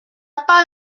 pas